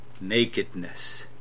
nakedness